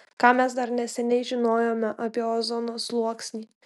ką mes dar neseniai žinojome apie ozono sluoksnį